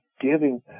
giving